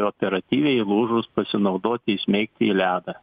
operatyviai įlūžus pasinaudoti įsmeigti į ledą